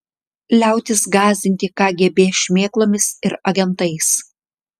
liautis gąsdinti kgb šmėklomis ir agentais